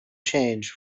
change